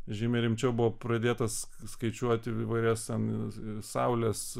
žymiai rimčiau buvo pradėtas skaičiuoti įvairias ten saulės